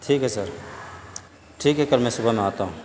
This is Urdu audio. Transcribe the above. ٹھیک ہے سر ٹھیک ہے ک میں صبح میں آتا ہوں